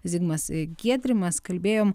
zigmas giedrimas kalbėjom